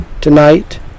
tonight